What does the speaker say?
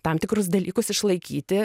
tam tikrus dalykus išlaikyti